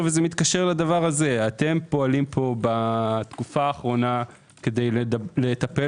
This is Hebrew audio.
אתם פועלים פה בתקופה האחרונה כדי לטפל